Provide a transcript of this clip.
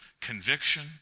conviction